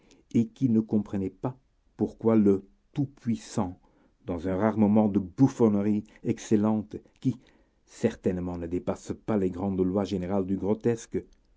et qui ne comprenez pas pourquoi le tout-puissant dans un rare moment de bouffonnerie excellente qui certainement ne dépasse pas les grandes lois générales du